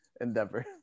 endeavor